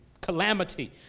calamity